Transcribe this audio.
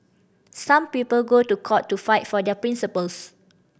some people go to court to fight for their principles